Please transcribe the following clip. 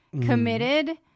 Committed